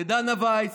לדנה ויס,